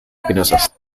espinosas